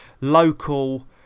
local